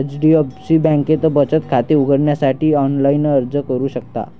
HDFC बँकेत बचत खाते उघडण्यासाठी ऑनलाइन अर्ज करू शकता